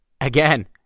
Again